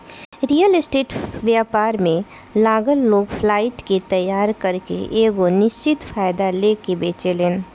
real estate व्यापार में लागल लोग फ्लाइट के तइयार करके एगो निश्चित फायदा लेके बेचेलेन